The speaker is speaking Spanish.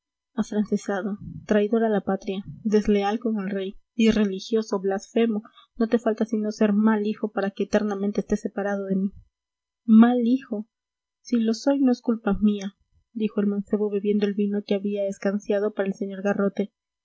afrancesado traidor a la patria desleal con el rey irreligioso blasfemo no te falta sino ser mal hijo para que eternamente estés separado de mí mal hijo si lo soy no es culpa mía dijo el mancebo bebiendo el vino que había escanciado para el sr garrote